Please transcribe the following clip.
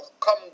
come